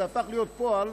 זה הפך להיות פועל: